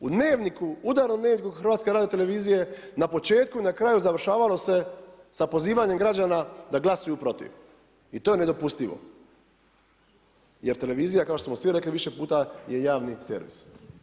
U Dnevniku, udarnom Dnevniku HRT-a na početku i na kraju završavalo se sa pozivanjem građana da glasuju protiv i to je nedopustivo jer televizija kao što smo svi rekli više puta je javni servis.